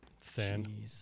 thin